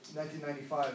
1995